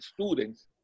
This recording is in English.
students